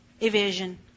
evasion